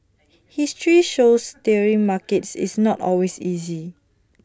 history shows steering markets is not always easy